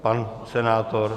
Pan senátor?